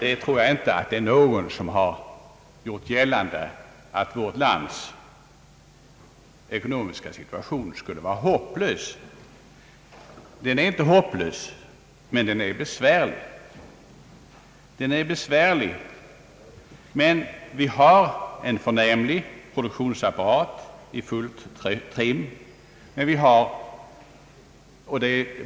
Det är mig veterligt inte någon som har gjort gällande att vårt lands ekonomiska situation skulle vara hopplös, däremot är den besvärlig. Vi har emellertid en förnämlig produktionsapparat i fullt trim.